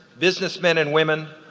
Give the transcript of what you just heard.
business men and women,